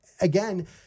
Again